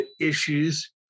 issues